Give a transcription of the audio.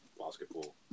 basketball